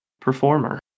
performer